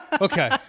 Okay